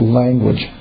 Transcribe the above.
language